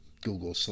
Google